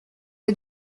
est